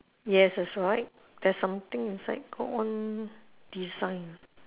yes that's right there's something inside got one design